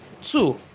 Two